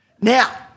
Now